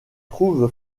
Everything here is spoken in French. trouve